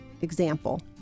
example